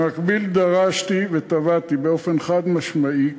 במקביל דרשתי ותבעתי באופן חד-משמעי,